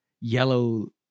yellow